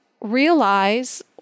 realize